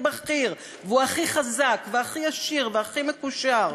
בכיר והוא הכי חזק והכי עשיר והכי מקושר,